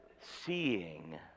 seeing